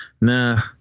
nah